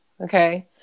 okay